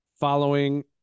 following